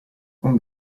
con